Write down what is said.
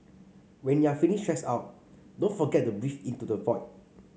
when you are feeling stressed out don't forget to breathe into the void